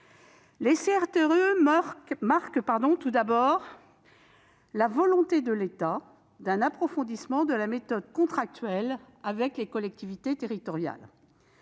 Les CRTE marquent tout d'abord la volonté de l'État d'approfondir la méthode contractuelle avec les collectivités territoriales.